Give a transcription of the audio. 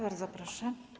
Bardzo proszę.